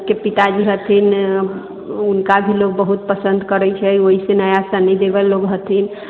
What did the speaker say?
के पिताजी हथिन हुनका भी लोक बहुत पसन्द करैत छै ओहिसँ नया सन्नी देओल लोक हथिन